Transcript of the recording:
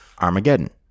Armageddon